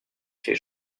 fait